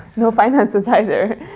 no finances, either.